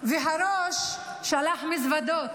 חברת הכנסת גוטליב, את מפריעה לדוברת.